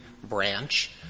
Branch